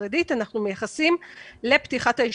החרדית אנחנו מייחסים לפתיחת הישיבות.